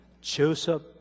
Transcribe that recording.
Joseph